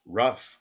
rough